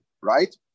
right